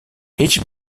each